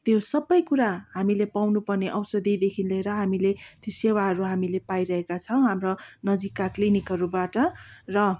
त्यो सबै कुरा हामीले पाउनुपर्ने औषधीदेखि लिएर हामीले त्यो सेवाहरू हामीले पाइरहेका छौँ हाम्रो नजिकका क्लिनिकहरूबाट र